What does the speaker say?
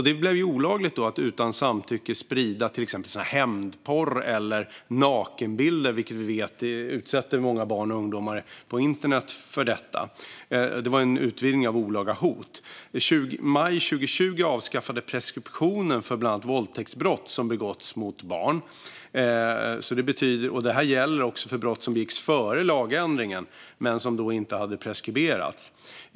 Det blev därmed olagligt att utan samtycke sprida till exempel hämndporr eller nakenbilder. Vi vet ju att många barn och ungdomar utsätts för detta på internet. Det här var en utvidgning av olaga hot. I maj 2020 avskaffades preskriptionen för bland annat våldtäktsbrott som har begåtts mot barn. Det här gäller även för brott som begicks före lagändringen men som inte hade preskriberats.